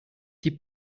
die